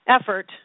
effort